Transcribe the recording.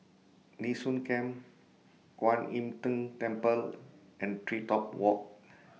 Nee Soon Camp Kwan Im Tng Temple and TreeTop Walk